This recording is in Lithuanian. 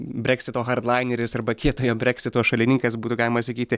breksito hardlaineris arba kietojo breksito šalininkas būtų galima sakyti